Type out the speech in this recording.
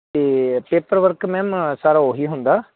ਅਤੇ paper work ma'am ਸਾਰਾ ਉਹ ਹੀ ਹੁੰਦਾ